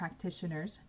practitioners